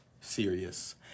serious